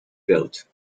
belt